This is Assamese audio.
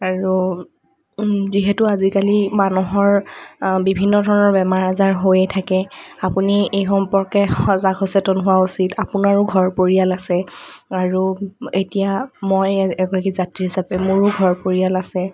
আৰু যিহেতু আজিকালি মানুহৰ বিভিন্ন ধৰণৰ বেমাৰ আজাৰ হৈয়েই থাকে আপুনি এই সম্পৰ্কে সজাগ সচেতন হোৱা উচিত আপোনাৰো ঘৰ পৰিয়াল আছে আৰু এতিয়া মই এগৰাকী যাত্ৰী হিচাপে মোৰো ঘৰ পৰিয়াল আছে